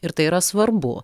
ir tai yra svarbu